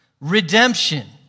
redemption